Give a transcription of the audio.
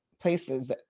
places